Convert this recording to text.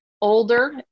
older